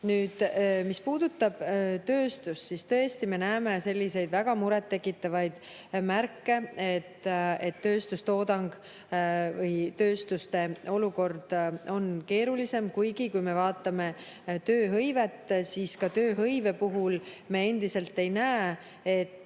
Nüüd, mis puudutab tööstust, siis tõesti me näeme selliseid väga muret tekitavaid märke, et tööstustoodangu või tööstuste olukord on keerulisem. Kuigi, kui me vaatame tööhõivet, siis ka tööhõive puhul me endiselt ei näe